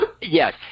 Yes